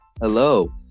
Hello